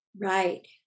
Right